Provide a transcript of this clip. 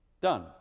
Done